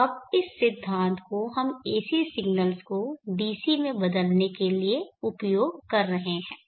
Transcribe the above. अब इस सिद्धांत को हम AC सिग्नल्स को DC में बदलने के लिए उपयोग कर रहे हैं